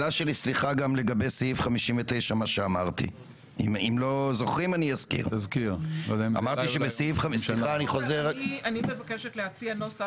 תשובה לגבי סעיף 59. אני מבקשת להציע נוסח.